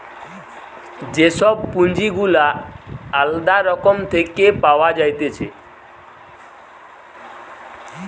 যে সব পুঁজি গুলা আলদা রকম থেকে পাওয়া যাইতেছে